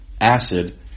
acid